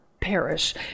perish